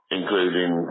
including